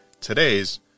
today's